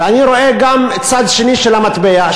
ואני רואה גם צד שני של המטבע,